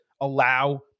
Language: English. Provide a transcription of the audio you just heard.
allow